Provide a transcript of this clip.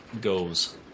goes